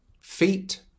feet